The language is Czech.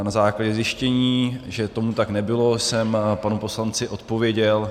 Na základě zjištění, že tomu tak nebylo, jsem panu poslanci odpověděl.